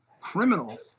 criminal